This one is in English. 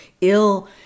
ill